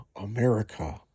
America